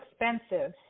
expensive